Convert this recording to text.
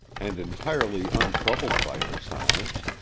and entirely untroubled by her silence,